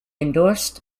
endorsed